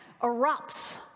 erupts